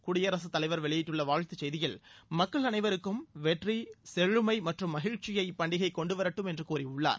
குடியரசுத் தலைவர் வெளியிட்டுள்ள வாழ்த்து செய்தியில் மக்கள் அனைவருக்கும் வெற்றி செழுமை மற்றும் மகிழ்ச்சியை இப்பண்டிகை கொண்டுவரட்டும் என்று கூறியுள்ளார்